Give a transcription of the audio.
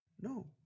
No